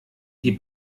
die